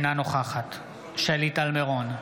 אינה נוכחת שלי טל מירון,